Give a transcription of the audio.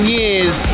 years